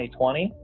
2020